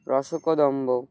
রসকদম্ব